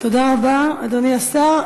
תודה רבה, אדוני השר.